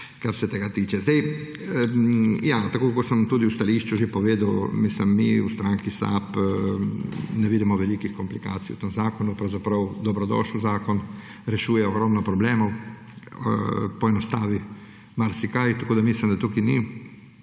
kar se tega tiče. Tako kot sem tudi v stališču že povedal; mi, v stranki SAB ne vidimo velikih komplikacij v tem zakonu. Pravzaprav, dobrodošel zakon, rešuje ogromno problemov, poenostavi marsikaj. Tako mislim, da tukaj ni,